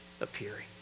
appearing